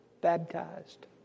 baptized